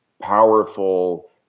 powerful